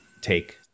take